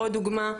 עוד דוגמא,